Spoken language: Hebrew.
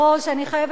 אני חייבת לומר,